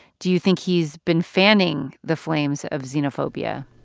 do you think he's been fanning the flames of xenophobia?